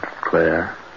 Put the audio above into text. Claire